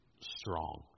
strong